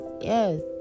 yes